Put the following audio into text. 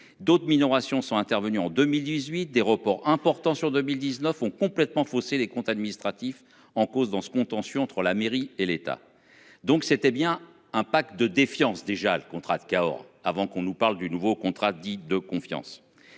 D'autres minoration sont intervenus en 2018 d'aéroport important sur 2019 ont complètement faussé les comptes administratifs en cause dans ce contentieux entre la mairie et l'État. Donc c'était bien un Pack de défiance déjà le contrat de Cahors avant qu'on nous parle du nouveau contrat dit de confiance.